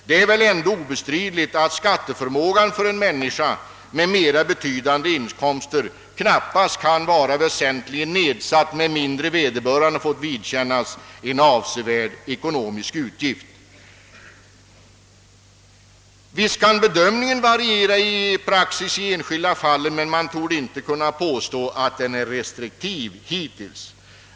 Det är väl ändå obestridligt att skatteförmågan för en människa med mera betydande inkomster knappast kan vara väsentligen nedsatt med mindre vederbörande fått vidkännas en avsevärt ekonomisk utgift. Visst kan i praxis bedömningen variera i enskilda fall, men man torde inte kunna påstå att den hittills varit restriktiv.